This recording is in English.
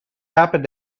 happen